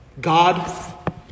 God